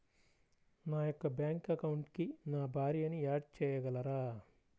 నా యొక్క బ్యాంక్ అకౌంట్కి నా భార్యని యాడ్ చేయగలరా?